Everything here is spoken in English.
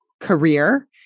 career